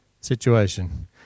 situation